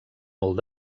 molt